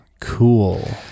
Cool